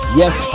yes